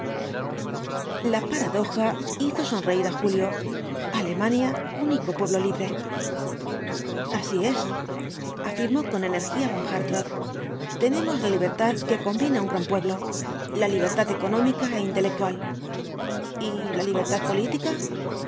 la paradoja hizo sonreír á julio alemania único pueblo libre así es afirmó con energía von hartrott tenemos la libertad que conviene á un gran pueblo la libertad económica é intelectual y la libertad política el